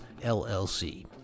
LLC